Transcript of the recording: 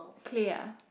clay ah